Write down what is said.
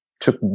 took